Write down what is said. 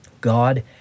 God